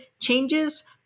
changes